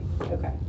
Okay